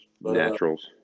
Naturals